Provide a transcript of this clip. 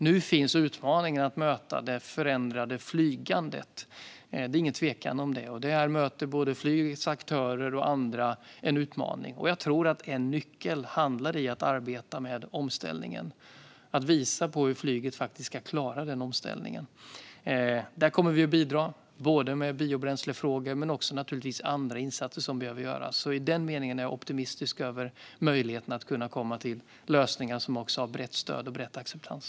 Nu finns utmaningar att möta i det förändrade flygandet. Det är ingen tvekan om det. Det är en utmaning för både flygets aktörer och andra. Jag tror att en nyckel är att visa på hur flyget faktiskt ska klara omställningen. Där kommer vi att bidra med biobränslefrågor och med andra insatser som behöver göras. I den meningen är jag optimistisk över möjligheten att komma fram till lösningar som har ett brett stöd och en bred acceptans.